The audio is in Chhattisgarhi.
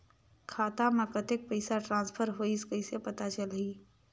खाता म कतेक पइसा ट्रांसफर होईस कइसे पता चलही?